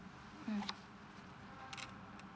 mm